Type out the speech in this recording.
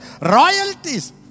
royalties